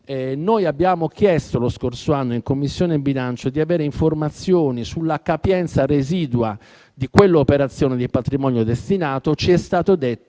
anno abbiamo chiesto in Commissione bilancio di avere informazioni sulla capienza residua di quell'operazione di patrimonio destinato, e ci è stato detto